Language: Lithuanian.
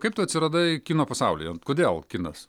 kaip tu atsiradai kino pasaulyje ir kodėl kinas